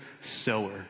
sower